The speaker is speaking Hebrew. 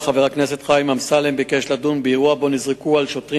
חבר הכנסת חיים אמסלם שאל את השר לביטחון פנים ביום